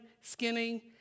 skinning